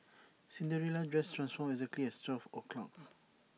Cinderella's dress transformed exactly at twelve o'clock